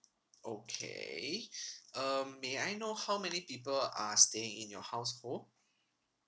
okay um may I know how many people are staying in your household